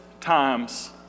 times